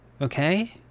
Okay